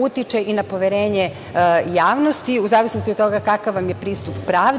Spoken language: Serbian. utiče i na poverenje javnosti, u zavisnosti od toga kakav vam je pristup pravdi